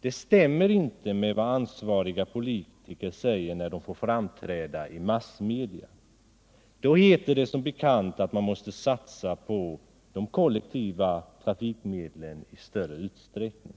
Det stämmer inte med vad ansvariga politiker säger när de får framträda i massmedia. Då heter det som bekant att man måste satsa på den kollektiva trafiken i större utsträckning.